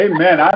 Amen